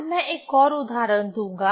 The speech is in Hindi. आज मैं एक और उदाहरण दूंगा